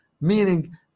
meaning